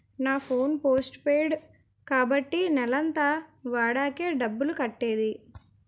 నా phone postpaid కాబట్టి నెలంతా వాడాకే డబ్బులు కట్టేది